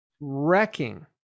wrecking